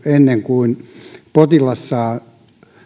ennen kuin potilas saa